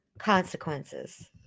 Consequences